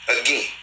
Again